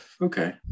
okay